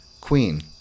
Queen